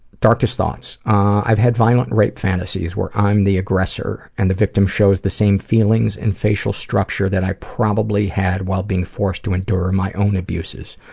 darkest thoughts. i've had violent rape fantasies where i'm the aggressor, and the victim shows the same feelings and facial structure that i probably had while being forced to endure my own abuses.